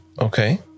okay